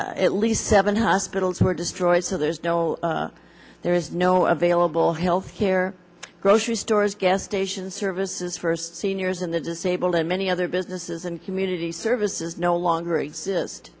at least seven hospitals were destroyed so there's no there is no available healthcare grocery stores gas stations services for seniors and the disabled and many other businesses and community services no longer exist